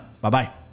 Bye-bye